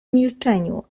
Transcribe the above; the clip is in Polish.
milczeniu